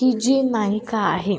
ही जी नायिका आहे